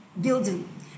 building